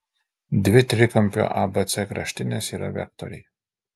dvi trikampio abc kraštinės yra vektoriai